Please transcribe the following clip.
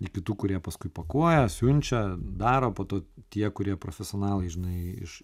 iki kitų kurie paskui pakuoja siunčia daro po to tie kurie profesionalai žinai iš